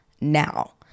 now